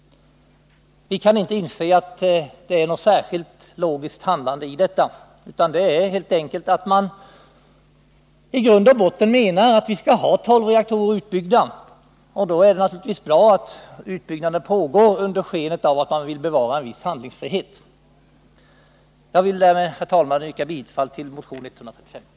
Vi kan inte anse att det är något särskilt logiskt handlande i detta. Det hela beror helt enkelt på att man i grund och botten menar att vi skall ha tolv reaktorer utbyggda, och då är det naturligtvis bra att utbyggnaden pågår under sken av att man vill bevara en viss handlingsfrihet. Jag vill därmed, herr talman, yrka bifall till motionen 135.